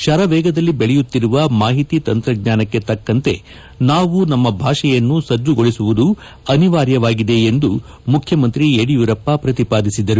ಶರವೇಗದಲ್ಲಿ ಬೆಳೆಯುತ್ತಿರುವ ಮಾಹಿತಿ ತಂತ್ರಜ್ಞಾನಕ್ಕೆ ತಕ್ಕಂತೆ ನಾವು ನಮ್ಮ ಭಾಷೆಯನ್ನು ಸಜ್ಜುಗೊಳಿಸುವುದು ಅನಿವಾರ್ಯವಾಗಿದೆ ಎಂದು ಮುಖ್ಯಮಂತ್ರಿ ಯಡಿಯೂರಪ್ಪ ಪ್ರತಿಪಾದಿಸಿದರು